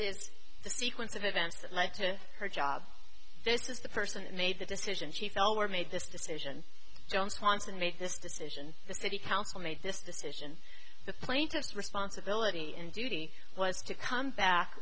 is the sequence of events that led to her job this is the person that made the decision she fell or made this decision jones harmsen made this decision the city council made this decision the plaintiff's responsibility and duty was to come back